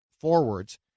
forwards